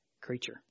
creature